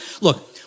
look